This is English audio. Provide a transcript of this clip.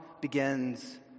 begins